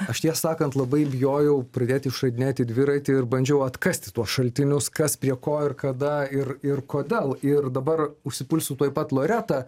aš tiesą sakant labai bijojau pradėti išradinėti dviratį ir bandžiau atkasti tuos šaltinius kas prie ko ir kada ir ir kodėl ir dabar užsipulsiu tuoj pat loretą